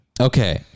Okay